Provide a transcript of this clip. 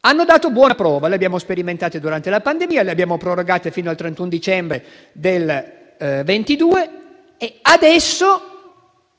hanno dato buona prova: le abbiamo sperimentate durante la pandemia, le abbiamo prorogate fino al 31 dicembre del 2022 e adesso